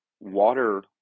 water